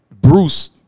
Bruce